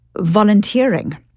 volunteering